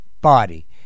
body